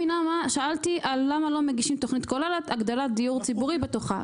שאלתי למה לא מגישים תכנית כוללת שיש בתוכה הגדלת דיור ציבורי בתוכה.